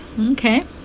Okay